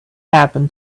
happen